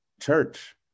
church